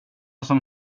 som